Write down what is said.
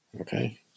okay